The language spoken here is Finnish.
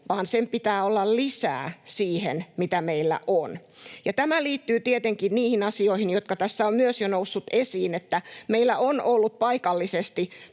vaan sen pitää olla lisää siihen, mitä meillä on. Tämä liittyy tietenkin niihin asioihin, jotka tässä ovat myös jo nousseet esiin, että meillä on ollut paikallisesti